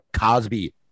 Cosby